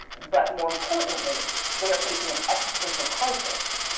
but more importantly, they are facing an existential crisis,